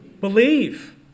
Believe